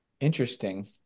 Interesting